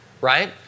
right